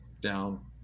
down